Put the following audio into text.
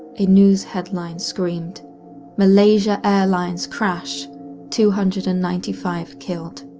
a news headline screamed malaysia airlines crash two hundred and ninety five killed!